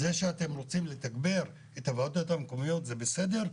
זה שאתם רוצים לתגבר את הוועדות המקומיות זה בסדר,